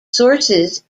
sources